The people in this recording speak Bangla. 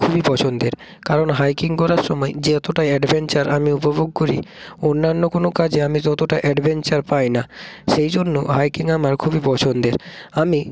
খুবই পছন্দের কারণ হাইকিং করার সময় যেতটা অ্যাডভেঞ্চার আমি উপভোগ করি অন্যান্য কোনো কাজে আমি ততটা অ্যাডভেঞ্চার পাই না সেই জন্য হাইকিং আমার খুবই পছন্দের আমি